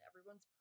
Everyone's